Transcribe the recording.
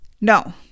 No